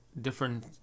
different